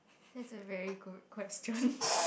that's a very good question